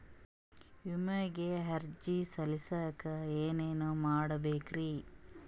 ವಿಮೆಗೆ ಅರ್ಜಿ ಸಲ್ಲಿಸಕ ಏನೇನ್ ಮಾಡ್ಬೇಕ್ರಿ?